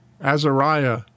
Azariah